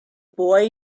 boy